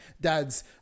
Dad's